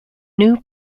new